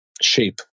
shape